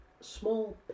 small